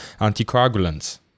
anticoagulants